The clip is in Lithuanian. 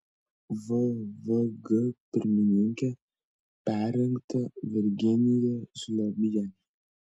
vvg pirmininke perrinkta virginija žliobienė